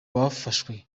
bafashwe